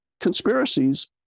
conspiracies